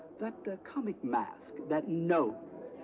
that that comic mask, that nose,